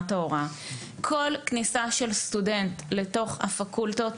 המשמעות של כניסה של כל סטודנט לתוך הפקולטות,